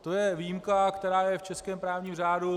To je výjimka, která je v českém právním řádu.